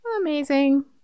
Amazing